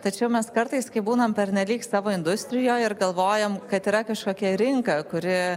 tačiau mes kartais kai būnam pernelyg savo industrijoj ir galvojam kad yra kažkokia rinka kuri